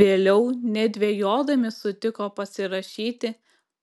vėliau nedvejodami sutiko pasirašyti